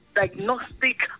Diagnostic